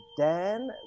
Dan